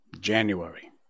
January